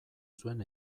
zuen